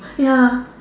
ya